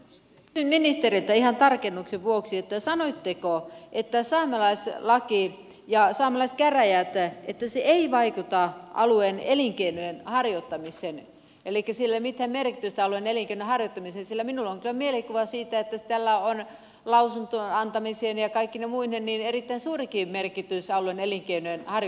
kysyn ministeriltä ihan tarkennuksen vuoksi että sanoitteko että saamelaislaki ja saamelaiskäräjät eivät vaikuta alueen elinkeinojen harjoittamiseen elikkä niillä ei ole mitään merkitystä alueen elinkeinojen harjoittamiselle sillä minulla on kyllä mielikuva siitä että tällä on lausuntojen antamisineen ja kaikkine muineen erittäin suurikin merkitys alueen elinkeinojen harjoittamiselle